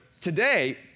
today